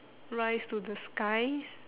rise to the skies